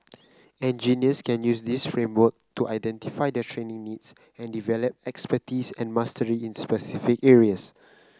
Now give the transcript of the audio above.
engineers can use this framework to identify their training needs and develop expertise and mastery in specific areas